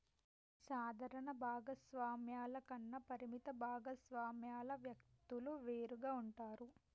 సాధారణ భాగస్వామ్యాల కన్నా పరిమిత భాగస్వామ్యాల వ్యక్తులు వేరుగా ఉంటారు